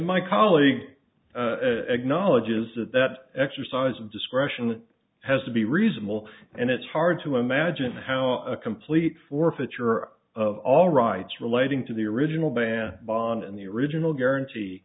my colleague acknowledges that that exercise of discretion has to be reasonable and it's hard to imagine how a complete forfeiture of all rights relating to the original band bond and the original guarantee